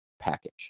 package